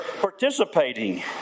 participating